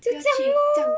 就这样 lor